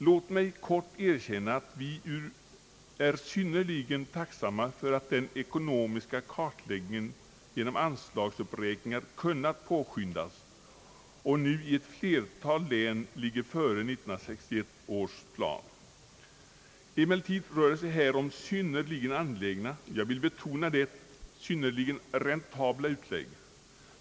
Låt mig kort erkänna att vi är synnerligen tacksamma för att den ekonomiska kartläggningen genom anslagsuppräkningar kunnat påskyndas och nu i ett flertal län ligger före 1961 års plan. Emellertid rör det sig här om synnerligen angelägna och — jag vill betona det — räntabla utlägg.